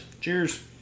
Cheers